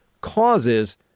causes